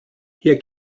hier